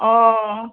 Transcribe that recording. अ